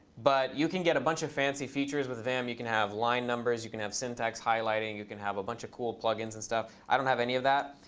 but you can get a bunch of fancy features with vim. you can have line numbers, you can have syntax highlighting, you can have a bunch of cool plugins and stuff. i don't have any of that.